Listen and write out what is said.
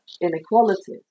inequality